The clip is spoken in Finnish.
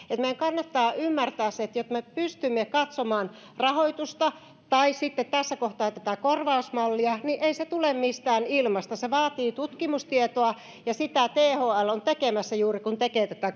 meidän kannattaa ymmärtää se että jotta me pystymme katsomaan rahoitusta tai tässä kohtaa tätä korvausmallia niin ei se tule mistään ilmasta se vaatii tutkimustietoa ja sitä thl on tekemässä juuri kun tekee tätä